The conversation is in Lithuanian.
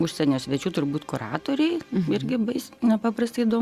užsienio svečių turbūt kuratoriai irgi bais nepaprastai daug